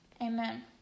Amen